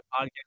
podcast